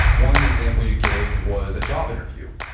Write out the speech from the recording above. one example you gave was a job interview.